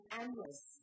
endless